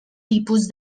tipus